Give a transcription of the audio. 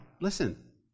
listen